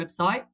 website